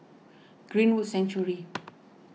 Greenwood Sanctuary